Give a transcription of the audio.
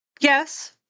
Yes